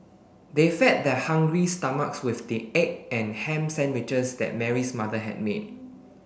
they fed their hungry stomachs with the egg and ham sandwiches that Mary's mother had made